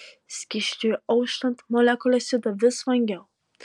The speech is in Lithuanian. skysčiui auštant molekulės juda vis vangiau